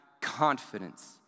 confidence